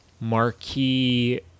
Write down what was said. marquee